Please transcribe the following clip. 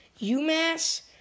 UMass